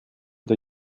der